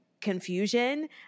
confusion